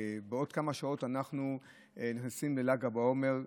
בעוד כמה שעות אנחנו נכנסים לל"ג בעומר,